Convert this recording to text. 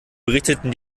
berichteten